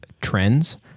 trends